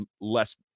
less